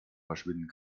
verschwinden